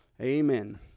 Amen